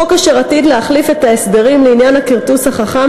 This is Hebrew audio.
חוק אשר עתיד להחליף את ההסדרים לעניין הכרטוס החכם